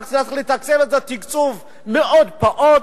רק צריך לתקצב את זה תקציב מאוד פעוט.